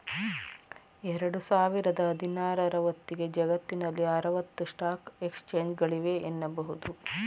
ಎರಡು ಸಾವಿರದ ಹದಿನಾರ ರ ಹೊತ್ತಿಗೆ ಜಗತ್ತಿನಲ್ಲಿ ಆರವತ್ತು ಸ್ಟಾಕ್ ಎಕ್ಸ್ಚೇಂಜ್ಗಳಿವೆ ಎನ್ನುಬಹುದು